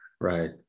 Right